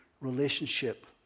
relationship